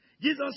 Jesus